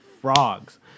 frogs